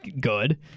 good